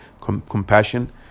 compassion